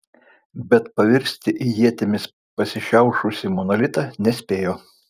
bet pavirsti į ietimis pasišiaušusį monolitą nespėjo